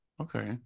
okay